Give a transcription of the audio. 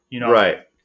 Right